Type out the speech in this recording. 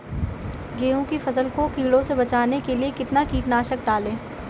गेहूँ की फसल को कीड़ों से बचाने के लिए कितना कीटनाशक डालें?